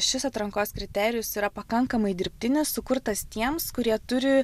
šis atrankos kriterijus yra pakankamai dirbtinis sukurtas tiems kurie turi